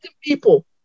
people